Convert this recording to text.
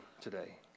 today